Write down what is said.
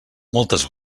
moltes